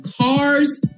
cars